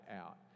out